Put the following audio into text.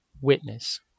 Witness